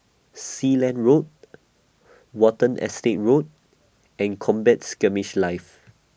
Sealand Road Watten Estate Road and Combat Skirmish Live